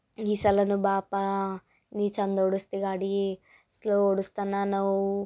ಈ ಸಲವೂ ಬಾಪ್ಪ ನೀ ಚಂದ ಓಡಿಸ್ತಿ ಗಾಡಿ ಸ್ಲೋ ಓಡಿಸ್ತಾನ ನಾವು